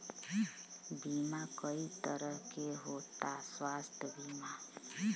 बीमा कई तरह के होता स्वास्थ्य बीमा?